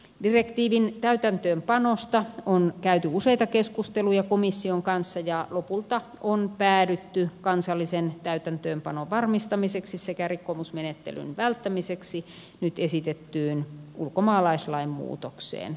direktiivin täytäntöönpanosta on käyty useita keskusteluja komission kanssa ja lopulta on päädytty kansallisen täytäntöönpanon varmistamiseksi sekä rikkomusmenettelyn välttämiseksi nyt esitettyyn ulkomaalaislain muutokseen